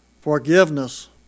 Forgiveness